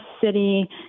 city